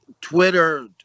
Twitter